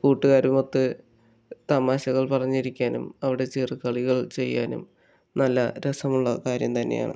കൂട്ടുകാരുമൊത്തു തമാശകൾ പറഞ്ഞിരിക്കാനും അവിടെ ചെറുകളികൾ ചെയ്യാനും നല്ല രസമുള്ള കാര്യം തന്നെയാണ്